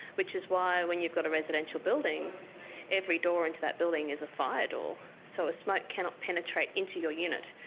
which is why when you've got a residential building every door into that building is a fire door, so smoke cannot penetrate into your unit.